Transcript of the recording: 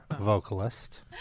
vocalist